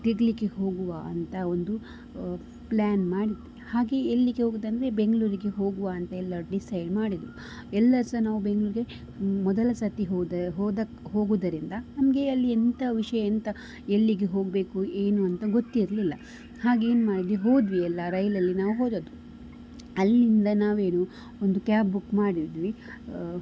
ತಿರ್ಗಲಿಕ್ಕೆ ಹೋಗುವಾ ಅಂತ ಒಂದು ಪ್ಲ್ಯಾನ್ ಮಾಡಿದ್ದು ಹಾಗೇ ಎಲ್ಲಿಗೆ ಹೋಗುವುದಂದರೆ ಬೆಂಗಳೂರಿಗೆ ಹೋಗುವ ಅಂತ ಎಲ್ಲರೂ ಡಿಸೈಡ್ ಮಾಡಿದರು ಎಲ್ಲರು ಸಹ ನಾವು ಬೆಂಗಳೂರಿಗೆ ಮೊದಲ ಸತಿ ಹೋದ ಹೋದಕ್ ಹೋಗುವುದರಿಂದ ನಮಗೆ ಅಲ್ಲಿ ಎಂಥ ವಿಷಯ ಎಂಥ ಎಲ್ಲಿಗೆ ಹೋಗಬೇಕು ಏನು ಅಂತ ಗೊತ್ತಿರ್ಲಿಲ್ಲ ಹಾಗೇ ಏನು ಮಾಡಿದ್ವಿ ಹೋದ್ವಿ ಎಲ್ಲ ರೈಲಲ್ಲಿ ನಾವು ಹೋದದ್ದು ಅಲ್ಲಿಂದ ನಾವೇನು ಒಂದು ಕ್ಯಾಬ್ ಬುಕ್ ಮಾಡಿದ್ವಿ